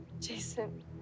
Jason